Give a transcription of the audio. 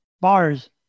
Bars